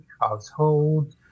household